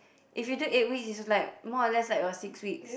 if you take eight weeks it's like more or less like your six weeks